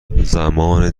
زمان